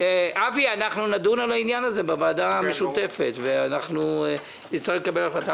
אנחנו נדון על העניין הזה בוועדה המשותפת ונצטרך לקבל החלטה.